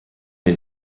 les